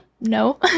No